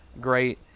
great